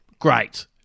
Great